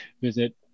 visit